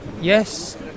Yes